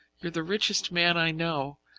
you are the richest man i know.